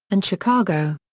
and chicago.